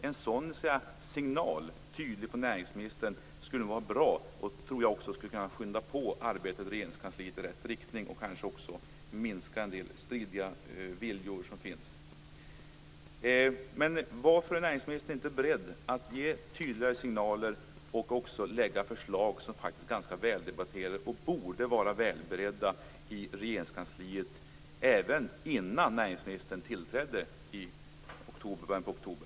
En sådan tydlig signal från näringsministern skulle vara bra och kanske skynda på arbetet i Regeringskansliet i rätt riktning. Kanske kunde den också minska en del stridiga viljor som finns. Men varför är näringsministern inte beredd att ge tydligare signaler och lägga fram sådana förslag som faktiskt är ganska väldebatterade - och som borde ha varit välberedda i Regeringskansliet även innan näringsministern tillträdde i början av oktober?